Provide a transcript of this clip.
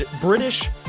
British